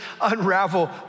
unravel